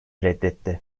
reddetti